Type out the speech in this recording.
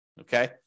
Okay